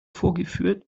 vorgeführt